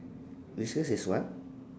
whiskers is what